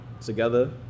together